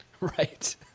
Right